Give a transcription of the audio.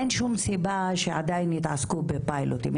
אין שום סיבה שעדיין יתעסקו בפיילוטים.